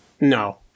No